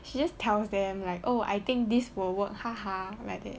she just tells them like oh I think this will work haha like that